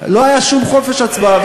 היה חופש הצבעה.